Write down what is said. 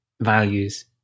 values